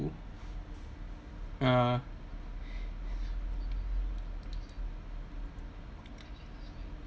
oo ah